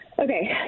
Okay